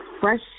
fresh